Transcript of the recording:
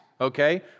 okay